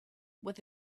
with